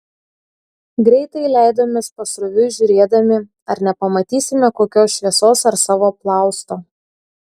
greitai leidomės pasroviui žiūrėdami ar nepamatysime kokios šviesos ar savo plausto